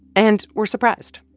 and we're surprised.